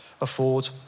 afford